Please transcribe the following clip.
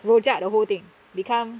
rojak the whole thing become